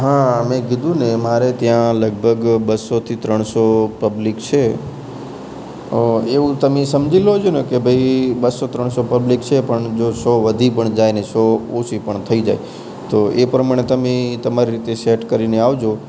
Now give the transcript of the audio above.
હા મેં કીધું ને મારે ત્યાં લગભગ બસોથી ત્રણસો પબ્લિક છે અ એવું તમે સમજી લેજો ને કે ભાઈ બસો ત્રણસો પબ્લિક છે પણ જો સો વધી પણ જાય ને સો ઓછી પણ થઇ જાય તો એ પ્રમાણે તમે તમારી રીતે સેટ કરીને આવજો